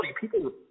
people